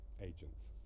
agents